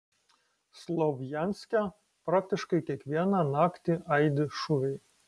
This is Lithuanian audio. slovjanske praktiškai kiekvieną naktį aidi šūviai